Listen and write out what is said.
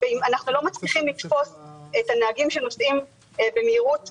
אנחנו לא מצליחים לתפוס את הנהגים שנוסעים במהירות גבוהה,